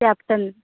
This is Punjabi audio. ਕੈਪਟਨ